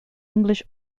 english